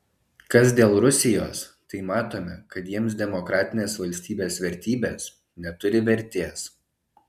kas dėl rusijos tai matome kad jiems demokratinės valstybės vertybės neturi vertės